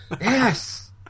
Yes